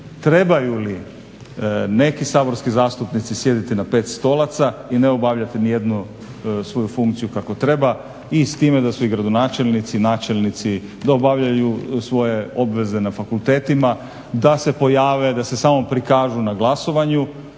trebaju li neki saborski zastupnici sjediti na pet stolaca i ne obavljati ni jednu svoju funkciju kako treba i s time da su i gradonačelnici, načelnici, da obavljaju svoje obveze na fakultetima, da se pojave, da se samo prikažu na glasovanju.